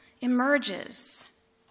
emerges